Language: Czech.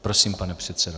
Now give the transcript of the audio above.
Prosím, pane předsedo.